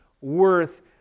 worth